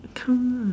he term